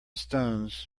stones